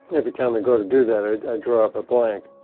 every time i go to do that, i draw a blank